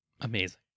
Amazing